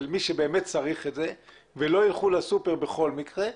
מי שבאמת צריך את זה ולא ילך לסופרמרקט בכל מקרה,